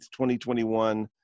2021